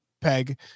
peg